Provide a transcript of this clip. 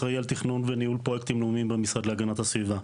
אחראי על תכנון וניהול פרויקטים לאומיים במשרד להגנת הסביבה.